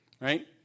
right